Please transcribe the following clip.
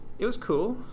it was cool.